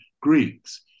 Greeks